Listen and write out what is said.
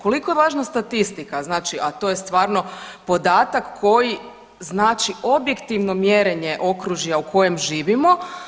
Koliko je važna statistika, a to je stvarno podatak koji znači objektivno mjerenje okružja u kojem živimo.